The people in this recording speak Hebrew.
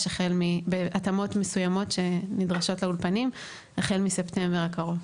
והתאמות מסוימות שנדרשות לאולפנים החל מספטמבר הקרוב.